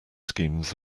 schemes